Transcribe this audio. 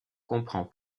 comprend